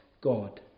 God